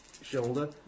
shoulder